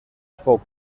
fou